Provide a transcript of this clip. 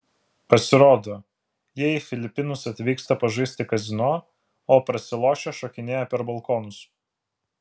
pasirodo jie į filipinus atvyksta pažaisti kazino o prasilošę šokinėja per balkonus